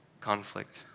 conflict